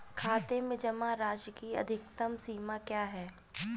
खाते में जमा राशि की अधिकतम सीमा क्या है?